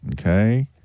Okay